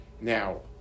Now